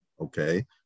okay